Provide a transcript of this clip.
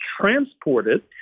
transported